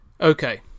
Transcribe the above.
Okay